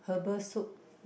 herbal soup